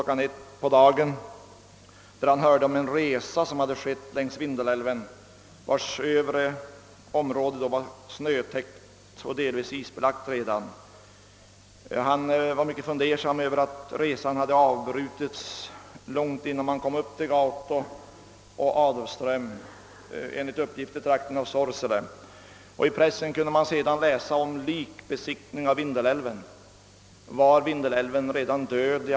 13 samma dag ha hört berättas om en resa som hade gjorts längs Vindelälven. Dennas övre lopp var då snötäckt och delvis redan isbelagt. Han var mycket fundersam över att resan hade avbrutits långt innan man hade kommit upp till Gauto och Adolfström, enligt uppgift i trakten av Sorsele. I pressen kunde man sedan läsa om att det hade förrättats likbesiktning av Vindelälven. Var Vindelälven ändå redan död?